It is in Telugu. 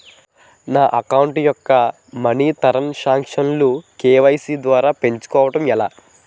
నా అకౌంట్ యెక్క మనీ తరణ్ సాంక్షన్ లు కే.వై.సీ ద్వారా పెంచుకోవడం ఎలా?